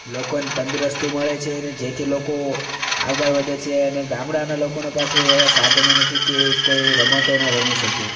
લોકોને તંદુરસ્તી મળે છે અને જેથી લોકો આગળ વધે છે અને ગામડાના લોકોનો પાસે એવા સાધનો નથી કે એ કોઈ એવી રમતો ન રમી શકે